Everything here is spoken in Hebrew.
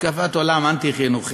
השקפת עולם אנטי-חינוכית.